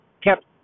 kept